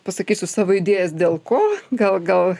pasakysiu savo idėjas dėl ko gal gal